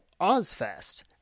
OzFest